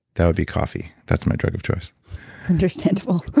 that would be coffee, that's my drug of choice understandable